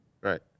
right